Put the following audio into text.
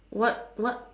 what what